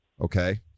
Okay